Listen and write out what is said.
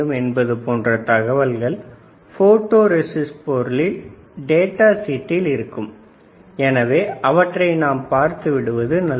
என்பது போன்ற தகவல்கள் போட்டோ ரெஸிஸ்ட் பொருளின் டேட்டா சீட்டில் இருக்கும் எனவே நாம் அவற்றை பார்த்து விடுவது நல்லது